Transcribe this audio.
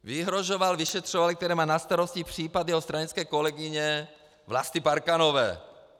Vyhrožoval vyšetřovateli, který má na starost případ jeho stranické kolegyně Vlasty Parkanové.